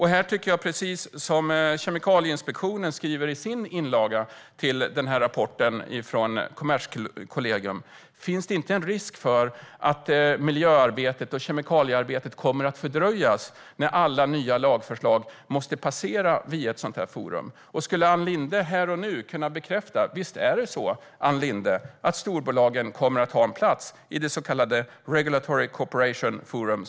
Här tycker jag precis som Kemikalieinspektionen skriver i sin inlaga till rapporten från Kommerskollegium: Finns det inte en risk för att miljöarbetet och kemikaliearbetet kommer att fördröjas när alla nya lagförslag måste passera ett sådant här forum? Skulle Ann Linde här och nu kunna bekräfta att storbolagen kommer att ha en plats i det så kallade Regulatory Cooperation Forum?